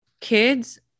kids